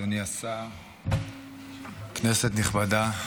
אדוני השר, כנסת נכבדה,